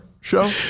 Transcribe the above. show